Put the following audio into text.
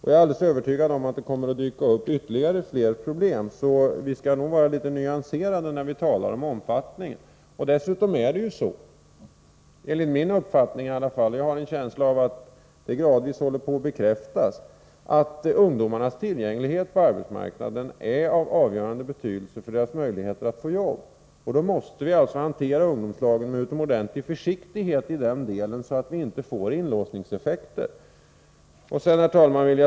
Jag är alldeles övertygad om att det kommer att dyka upp ytterligare problem. Vi skall nog vara litet nyanserade när vi talar om omfattningen. Enligt min uppfattning, och jag har en känsla av att det gradvis håller på att bekräftas, är ungdomarnas tillgänglighet på arbetsmarknaden av avgörande betydelse för deras möjligheter att få jobb. Därför måste vi hantera ungdomslagen med utomordentlig försiktighet i den delen så att vi inte får inlåsningseffekter.